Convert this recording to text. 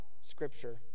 Scripture